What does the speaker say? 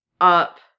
up